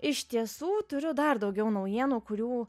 iš tiesų turiu dar daugiau naujienų kurių